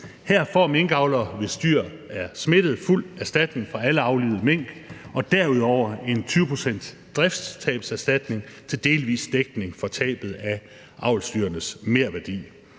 Her får minkavlere, hvis dyr er smittede, fuld erstatning for alle aflivede mink og derudover 20 pct. driftstabserstatning til delvis dækning af tabet af avlsdyrenes merværdi.